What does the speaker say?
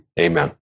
Amen